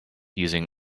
using